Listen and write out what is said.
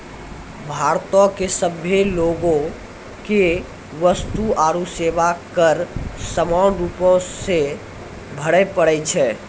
भारतो के सभे लोगो के वस्तु आरु सेवा कर समान रूपो से भरे पड़ै छै